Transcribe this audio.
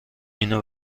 اینو